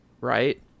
right